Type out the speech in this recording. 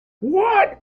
what